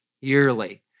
yearly